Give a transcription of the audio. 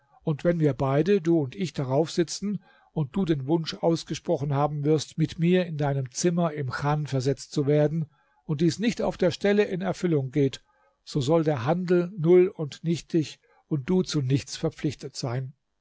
und wenn wir beide du und ich darauf sitzen und du den wunsch ausgesprochen haben wirst mit mir nach deinem zimmer im chan versetzt zu werden und dies nicht auf der stelle in erfüllung geht so soll der handel null und nichtig und du zu nichts verpflichtet sein